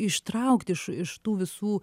ištraukt iš iš tų visų